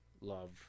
love